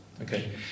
Okay